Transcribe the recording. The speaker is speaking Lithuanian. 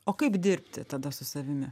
o kaip dirbti tada su savimi